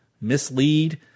mislead